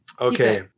Okay